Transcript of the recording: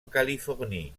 californie